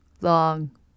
long